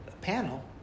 panel